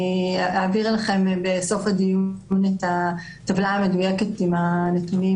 אני אעביר לכם בסוף הדיון את הטבלה המדויקת עם הנתונים